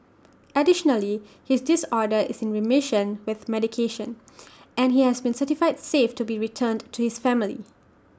additionally his disorder is in remission with medication and he has been certified safe to be returned to his family